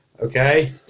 okay